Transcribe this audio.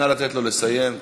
נא לתת לו לסיים.